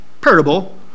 parable